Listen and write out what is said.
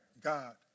God